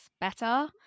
better